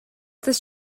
this